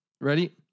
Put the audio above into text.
Ready